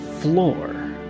floor